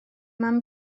mam